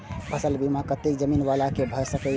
फसल बीमा कतेक जमीन वाला के भ सकेया?